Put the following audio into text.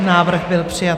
Návrh byl přijat.